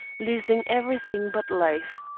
losing everything but life.